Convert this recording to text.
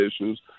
issues